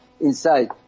inside